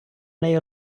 неї